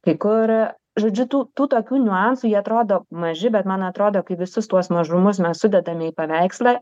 kai kur žodžiu tų tų tokių niuansų jie atrodo maži bet man atrodo kai visus tuos mažumus mes sudedame į paveikslą